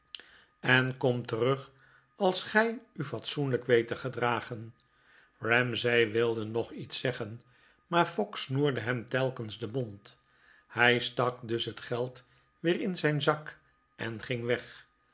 en kom terug als gij u fatsoenlijk weet te gedragen ramsay wilde nog lets zeggen maar fogg snoerde hem telkens den mond hij stak dus het geld weer in zijn zak en ging weg